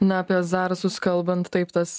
na apie zarasus kalbant taip tas